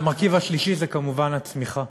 והמרכיב השלישי זה כמובן הצמיחה.